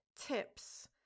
tips